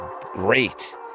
great